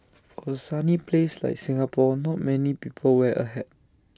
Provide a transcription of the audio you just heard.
for A sunny place like Singapore not many people wear A hat